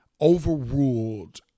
overruled